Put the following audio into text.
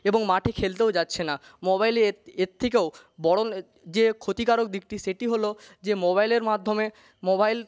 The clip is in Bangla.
এবং মাঠে খেলতেও যাচ্ছে না মোবাইলে এর এর থেকেও বরং যে ক্ষতিকারক দিকটি সেটি হল যে মোবাইলের মাধ্যমে মোবাইল